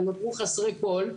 הם נותרו חסרי כל.